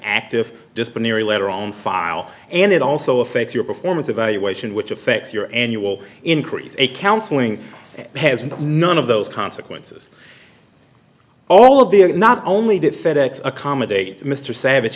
active disciplinary letter on file and it also affects your performance evaluation which affects your annual increase a counseling has none of those consequences all of there not only did fedex accommodate mr savage